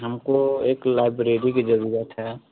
हमको एक लाइब्रेरी की जरुरत है